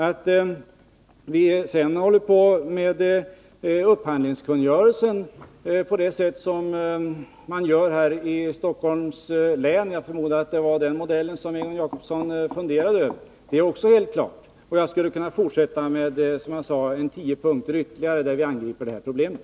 Att vi sedan arbetar med upphandlingskungörelsen på det sätt som sker i Stockholms län — jag förmodar att det var den modellen Egon Jacobsson funderade över — är också helt klart. Jag skulle, som sagt, kunna fortsätta och nämna ytterligare tio punkter på vilka vi angriper det här problemet.